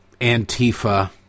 Antifa